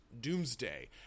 Doomsday